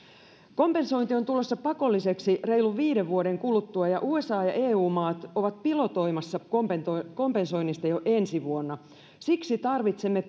kompensointi on tulossa pakolliseksi reilun viiden vuoden kuluttua ja usa ja eu maat ovat pilotoimassa kompensoinnista jo ensi vuonna siksi tarvitsemme